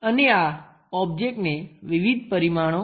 અને આ ઓબ્જેક્ટને વિવિધ પરિમાણો છે